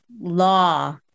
law